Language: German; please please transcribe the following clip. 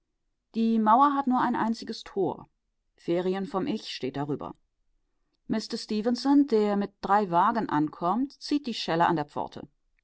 die mauer hat nur ein einziges tor ferien vom ich steht darüber mister stefenson der mit drei wagen ankommt zieht die schelle an der pforte